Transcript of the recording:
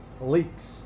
leaks